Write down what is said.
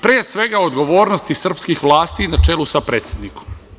Pre svega, o odgovornosti srpskih vlasti, na čelu sa predsednikom.